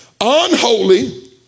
unholy